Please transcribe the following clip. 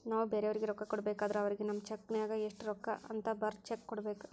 ನಾವು ಬ್ಯಾರೆಯವರಿಗೆ ರೊಕ್ಕ ಕೊಡಬೇಕಾದ್ರ ಅವರಿಗೆ ನಮ್ಮ ಚೆಕ್ ನ್ಯಾಗ ಎಷ್ಟು ರೂಕ್ಕ ಅಂತ ಬರದ್ ಚೆಕ ಕೊಡಬೇಕ